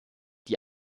die